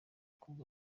bakobwa